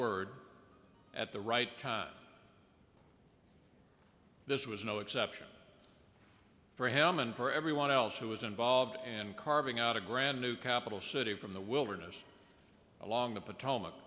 word at the right time this was no exception for him and for everyone else who is involved and carving out a grand new capital city from the wilderness along the potomac